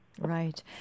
Right